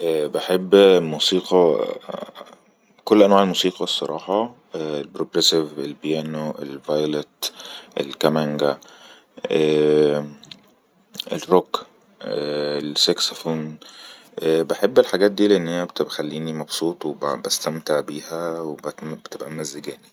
أأأع بحب موسيقى كل انواع الموسيقى الصراحة البروكريسيف, البيانو, الويلت, الكمانجا أععع الروك, السكسفون بحب الحاجات دي لانها بتبخليني مبسوط وبستمتع بيها وبتبقى ممزجاني